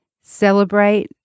celebrate